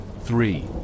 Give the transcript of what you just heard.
three